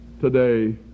today